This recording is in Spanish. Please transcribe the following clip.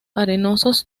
arenosos